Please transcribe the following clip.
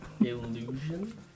Illusion